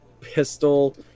pistol